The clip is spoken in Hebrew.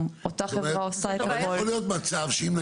יכול להיות מצב שאם,